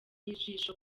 ijisho